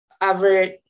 average